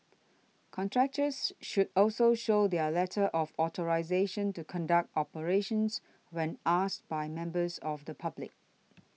contractors should also show their letter of authorisation to conduct operations when asked by members of the public